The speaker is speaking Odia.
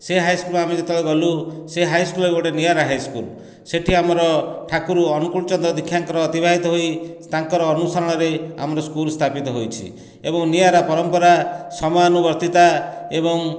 ସେ ହାଇସ୍କୁଲ୍ ଆମେ ଯେତେବେଳେ ଗଲୁ ସେ ହାଇସ୍କୁଲ୍ ଗୋଟିଏ ନିଆରା ହାଇସ୍କୁଲ୍ ସେଇଠି ଆମର ଠାକୁର ଅନୁକୁଳ ଚନ୍ଦ୍ର ଦୀକ୍ଷାଙ୍କର ଅତିବାହିତ ହୋଇ ତାଙ୍କର ଅନୁସରଣରେ ଆମର ସ୍କୁଲ୍ ସ୍ଥାପିତ ହୋଇଛି ଏବଂ ନିଆରା ପରମ୍ପରା ସମାୟାନୁବର୍ତ୍ତିତା ଏବଂ